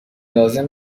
لازم